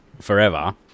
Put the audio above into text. forever